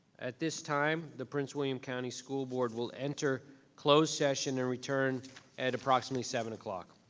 at this time, the prince william county school board will enter closed session and return at approximately seven o'clock.